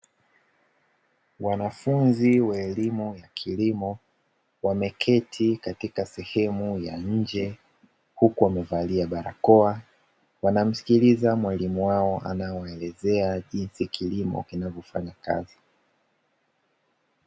Wanafunzi wa elimu ya kilimo wameketi katika sehemu ya nje, huku wamevalia barakoa. Wanamsikiliza mwalimu wao anaowaelezea jinsi kilimo kinavyofanya kazi.